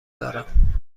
دارم